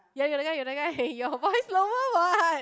yeah you're the guy you're the guy your voice lower [what]